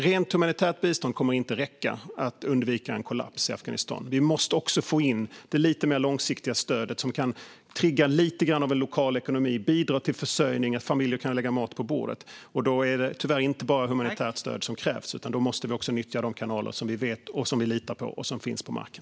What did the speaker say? Rent humanitärt bistånd kommer inte att räcka för att undvika en kollaps i Afghanistan; vi måste också få in det lite mer långsiktiga stödet, som kan trigga lite grann av en lokal ekonomi och bidra till försörjning så att familjer kan sätta mat på bordet. Då är det tyvärr inte bara humanitärt stöd som krävs, utan då måste vi också nyttja de kanaler som vi känner till, som vi litar på och som finns på marken.